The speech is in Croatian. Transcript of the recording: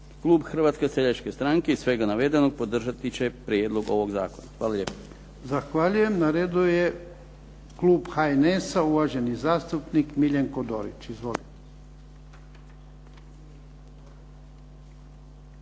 Klub Hrvatske seljačke stranke iz svega navedenog podržati će prijedlog ovog zakona. Hvala lijepo. **Jarnjak, Ivan (HDZ)** Zahvaljujem. Na redu je klub HNS-a uvaženi zastupnik Miljenko Dorić. Izvolite.